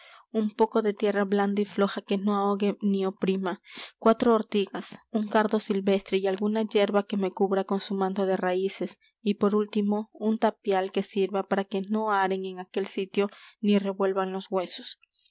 un poco de tierra blanda y floja que no ahogue ni oprima cuatro ortigas un cardo silvestre y alguna yerba que me cubra con su manto de raíces y por último un tapial que sirva para que no aren en aquel sitio ni revuelvan los huesos